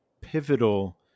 pivotal